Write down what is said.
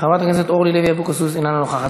חברת הכנסת אורלי לוי אבקסיס, אינה נוכחת.